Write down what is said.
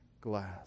glass